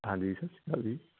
ਹਾਂਜੀ ਸਤਿ ਸ਼੍ਰੀ ਅਕਾਲ ਜੀ